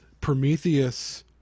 Prometheus